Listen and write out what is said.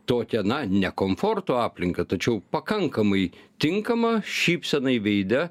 tokią na ne komforto aplinką tačiau pakankamai tinkamą šypsenai veide